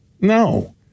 No